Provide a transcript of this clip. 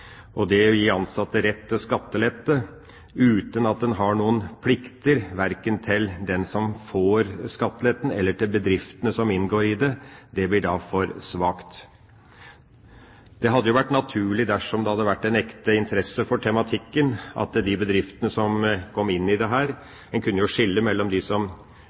det. Det å gi ansatte rett til skattelette uten at en har noen plikter, verken til den som får skatteletten, eller til bedriftene som inngår i dette, blir da for svakt. Det hadde vært naturlig, dersom det hadde vært en ekte interesse for tematikken, at de bedriftene som kom inn i dette – en kunne skille mellom dem som